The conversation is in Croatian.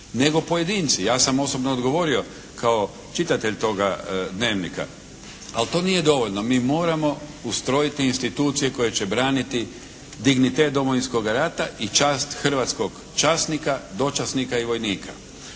nego pojedinci. Ja sam osobno odgovorio kao čitatelj toga dnevnika, ali to nije dovoljno. Mi moramo institucije koje će braniti dignitet Domovinskog rata i čast hrvatskog časnika, dočasnika i vojnika.